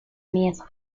miedo